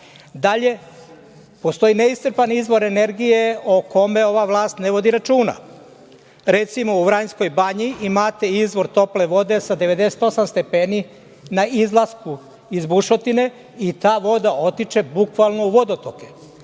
gratis. Dalje, postoji neiscrpan izvor energije o kome ova vlast ne vodi računa. Recimo, u Vranjskoj banji imate izvor tople vode sa 98 stepeni na izlasku iz bušotine i ta voda otiče bukvalno u vodotoke,